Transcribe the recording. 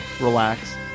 relax